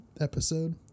episode